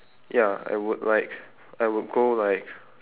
ya I would like I would go like